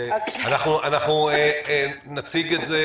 אנחנו נציג את זה